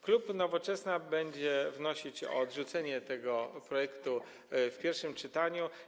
Klub Nowoczesna będzie wnosić o odrzucenie tego projektu w pierwszym czytaniu.